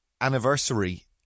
anniversary